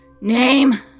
Name